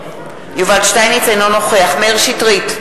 אינו נוכח מאיר שטרית,